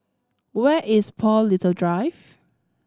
where is Paul Little Drive